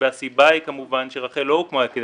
והסיבה היא כמובן שרח"ל לא הוקמה כדי